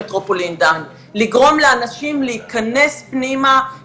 ואתה רוצה שאני אכניס את זה עכשיו פה לחוק?